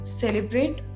celebrate